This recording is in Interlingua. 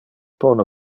pone